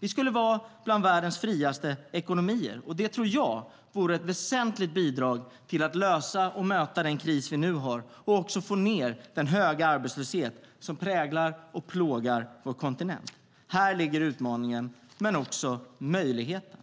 Vi skulle vara bland världens friaste ekonomier, och det tror jag vore ett väsentligt bidrag till att lösa och möta den kris vi nu har och också få ned den höga arbetslöshet som präglar och plågar vår kontinent. Här ligger utmaningen, men också möjligheten.